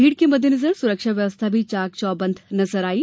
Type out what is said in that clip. भीड के मददेनजर सुरक्षा व्यवस्था भी चाक चौबंद नजर आयी